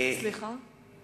אתה לא יכול.